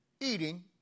Eating